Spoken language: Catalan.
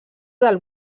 del